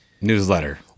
newsletter